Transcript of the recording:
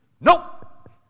Nope